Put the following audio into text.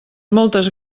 moltes